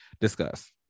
discuss